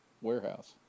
warehouse